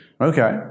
Okay